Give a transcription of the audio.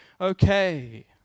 okay